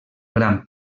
gran